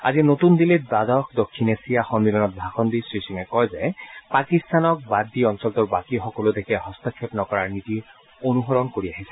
আজি নতুন দিল্লীত দ্বাদশ দক্ষিণ এছিয়া সম্মিলনত ভাষণ দি শ্ৰীসিঙে কয় যে পাকিস্তানত বাদ দি অঞ্চলটোৰ বাকী সকলো দেশে হস্তক্ষেপ নকৰাৰ নীতি অনুসৰণ কৰি আহিছে